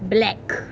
black